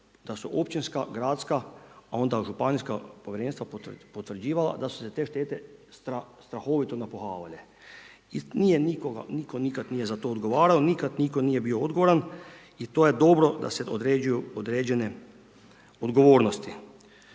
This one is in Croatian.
da su općinska, gradska a onda županijska povjerenstva potvrđivala da su se štete strahovito napuhavale. Nije nitko nikad za to odgovarao, nikad nitko nije bio odgovoran i to je dobro da se određuju određene odgovornosti.